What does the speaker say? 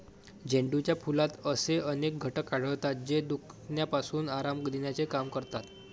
झेंडूच्या फुलात असे अनेक घटक आढळतात, जे दुखण्यापासून आराम देण्याचे काम करतात